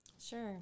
Sure